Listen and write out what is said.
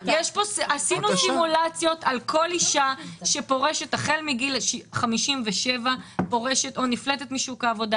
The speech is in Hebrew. עשינו סימולציות על כל אישה שפורשת החל מגיל 57 או נפלטת משוק העבודה